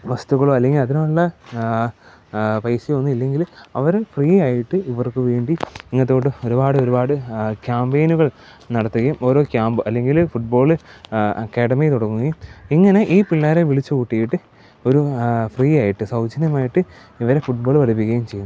വസ്തുക്കളോ അല്ലെങ്കിൽ അതിനുള്ള പൈസയോ ഒന്നും ഇല്ലെങ്കില് അവരെ ഫ്രീ ആയിട്ട് അവർക്ക് വേണ്ടി ഇങ്ങത്തൂട്ട് ഒരുപാട് ഒരുപാട് ക്യാമ്പെയ്നുകള് നടത്തുകയും ഓരോ ക്യാമ്പ് അല്ലെങ്കില് ഫുട്ബോള് അക്കാഡമി തുടങ്ങുകയും ഇങ്ങനെ ഈ പിള്ളേരെ വിളിച്ച് കൂട്ടിയിട്ട് ഒരു ഫ്രീ ആയിട്ട് സൗജന്യമായിട്ട് ഇവരെ ഫുട്ബോള് കളിപ്പിക്കുകയും ചെയ്യുന്നു